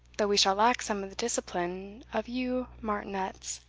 though we shall lack some of the discipline of you martinets.